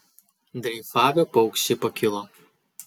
dreifavę paukščiai pakilo